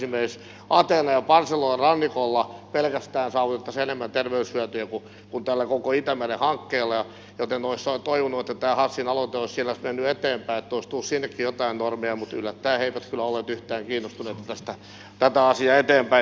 mutta sen sijaan esimerkiksi pelkästään ateenan ja barcelonan rannikoilla saavutettaisiin enemmän terveyshyötyjä kuin tällä koko itämeren hankkeella joten olisi toivonut että tämä hassin aloite olisi siellä mennyt eteenpäin että olisi tullut sinnekin jotain normeja mutta yllättäen he eivät kyllä olleet yhtään kiinnostuneita tätä asiaa eteenpäin viemään